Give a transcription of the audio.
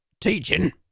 Teaching